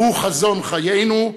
הוא חזון חיינו,